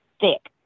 thick